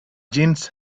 jeans